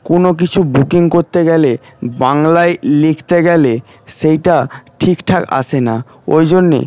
কোনো কিছু বুকিং করতে গেলে বাংলায় লিখতে গেলে সেটা ঠিকঠাক আসে না ওই জন্য